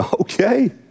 okay